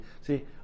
See